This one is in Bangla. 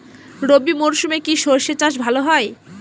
রবি মরশুমে কি সর্ষে চাষ ভালো হয়?